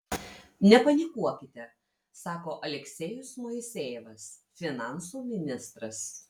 nepanikuokite sako aleksejus moisejevas finansų ministras